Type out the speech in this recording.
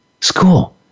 school